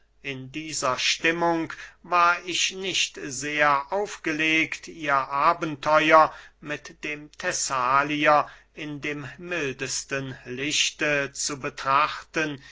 in dieser stimmung war ich nicht sehr aufgelegt ihr abenteuer mit dem thessalier in dem mildesten lichte zu betrachten